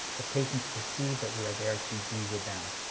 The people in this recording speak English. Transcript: the patients perceive that we are there to be with them.